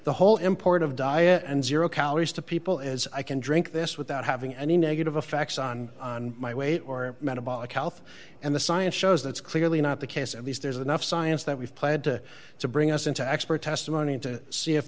the whole import of diet and zero calories to people as i can drink this without having any negative effects on on my weight or metabolic health and the science shows that's clearly not the case at least there's enough science that we've planned to to bring us into expert testimony to see if